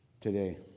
today